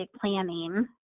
planning